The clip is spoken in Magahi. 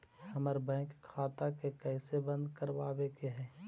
हमर बैंक खाता के कैसे बंद करबाबे के है?